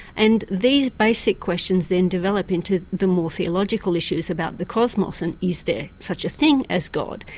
and these basic questions then develop into the more theological issues about the cosmos, and is there such a thing as god,